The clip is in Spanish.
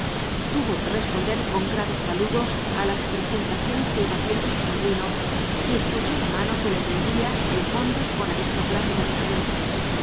tuvo que responder con graves saludos á las presentaciones que iba haciendo su sobrino y estrechó la mano que le tendía el conde con aristocrática